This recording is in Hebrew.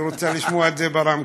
אני רוצה לשמוע את זה ברמקול.